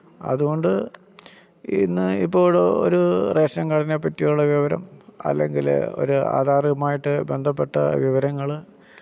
അതുകൊണ്ട് ഇന്ന് ഇപ്പോഴ് ഒരു റേഷന് കാര്ഡിനെപ്പറ്റിയുള്ള വിവരം അല്ലെങ്കില് ഒരു ആധാറ്മായിട്ട് ബന്ധപ്പെട്ട വിവരങ്ങള്